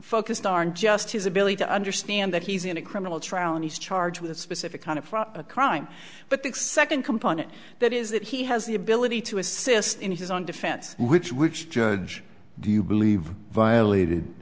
focused aren't just his ability to understand that he's in a criminal trial and he's charged with a specific kind of a crime but the exception component that is that he has the ability to assist in his own defense which which judge do you believe violated